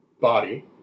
body